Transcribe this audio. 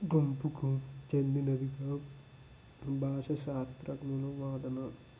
భాషకు చెందినదిగా భాష శాస్త్రజ్ఞుల వాదన